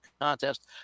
contest